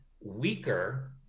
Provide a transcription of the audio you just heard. weaker